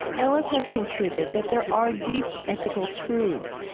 ellis has concluded that there are deep ethical truths,